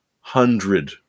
hundred